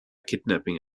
kidnapping